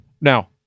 Now